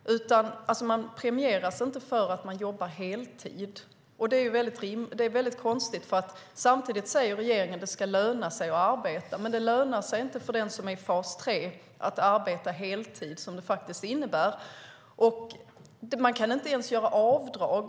Man premieras alltså inte för att man jobbar heltid. Det är konstigt, för regeringen säger att det ska löna sig att arbeta. Men det lönar sig inte för den som är i fas 3 att arbeta heltid, som det faktiskt innebär. Man kan inte ens göra avdrag.